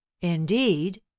Indeed